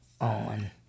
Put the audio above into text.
on